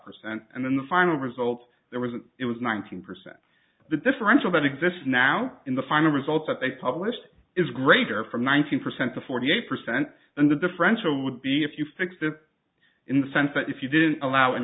percent and then the final result there was an it was nineteen percent the differential that exists now in the final result that they published is greater from nineteen percent to forty eight percent and the differential would be if you fix it in the sense that if you didn't allow an